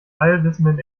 allwissenden